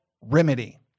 remedy